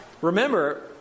remember